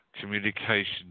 communication